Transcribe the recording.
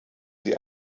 sie